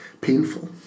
painful